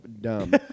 dumb